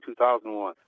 2001